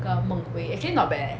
那个梦回 actually not bad eh